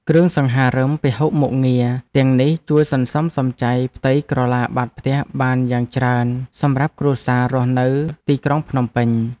គ្រឿងសង្ហារិមពហុមុខងារទាំងនេះជួយសន្សំសំចៃផ្ទៃក្រឡាបាតផ្ទះបានយ៉ាងច្រើនសម្រាប់គ្រួសាររស់នៅទីក្រុងភ្នំពេញ។